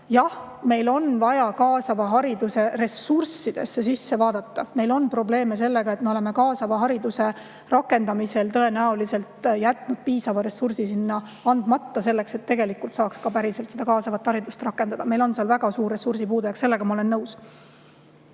Jah, meil on vaja kaasava hariduse ressurssidesse sisse vaadata. Meil on probleeme sellega, et me oleme kaasava hariduse rakendamisel tõenäoliselt jätnud sinna andmata piisava ressursi, et tegelikult, päriselt seda kaasavat haridust saaks rakendada. Meil on seal väga suur ressursi puudujääk, sellega ma olen nõus.